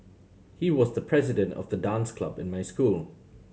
he was the president of the dance club in my school